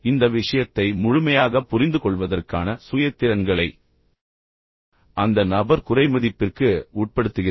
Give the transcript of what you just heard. எனவே இந்த விஷயத்தை முழுமையாகப் புரிந்துகொள்வதற்கான சுய திறன்களை அந்த நபர் குறைமதிப்பிற்கு உட்படுத்துகிறார்